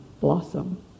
blossom